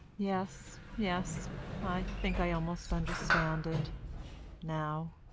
yes, yes i think i almost understand it now.